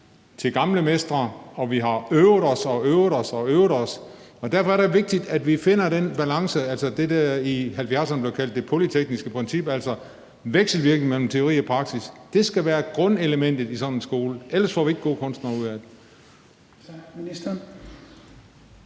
til gamle mestre, og vi har øvet os og øvet os og atter øvet os. Derfor er det vigtigt, at vi finder den balance, altså det, der i 1970'erne blev kaldt det polytekniske princip, altså vekselvirkning mellem teori og praksis; det skal være grundelementet i sådan en skole, for ellers får vi ikke gode kunstnere ud af det.